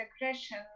aggression